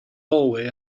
hallway